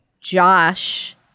Josh